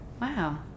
Wow